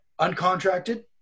uncontracted